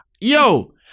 Yo